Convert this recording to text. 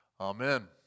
amen